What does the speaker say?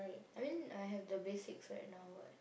I mean I have the basics right now but